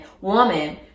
woman